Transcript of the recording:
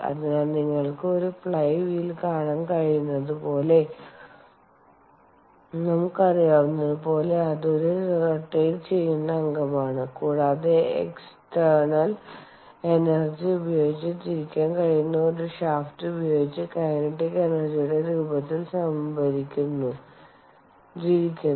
അതിനാൽ നിങ്ങൾക്ക് ഒരു ഫ്ലൈ വീൽ കാണാൻ കഴിയുന്നത് പോലെ നമുക്കറിയാവുന്നതുപോലെ അത് ഒരു റൊറ്റേറ്റ് ചെയ്യുന്ന അംഗമാണ് കൂടാതെ എക്സ്റ്റർനാൽ എനർജി ഉപയോഗിച്ച് തിരിക്കാൻ കഴിയുന്ന ഒരു ഷാഫ്റ്റ് ഉപയോഗിച്ച് കൈനറ്റിക് എനർജിയുടെ രൂപത്തിൽ സംഭരിച്ചിരിക്കുന്നു